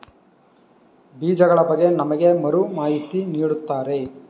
ಬೀಜಗಳ ಬಗ್ಗೆ ನಮಗೆ ಯಾರು ಮಾಹಿತಿ ನೀಡುತ್ತಾರೆ?